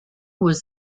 was